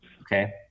Okay